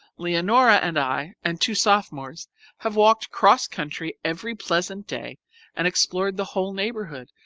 leonora and i and two sophomores have walked cross country every pleasant day and explored the whole neighbourhood,